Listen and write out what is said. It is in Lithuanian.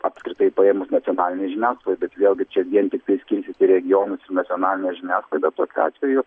apskritai paėmus nacionalinė žiniasklaida vėlgi čia vien tiktai skirti regionus ir nacionalinę žiniasklaidą tokiu atveju